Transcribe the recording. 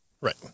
Right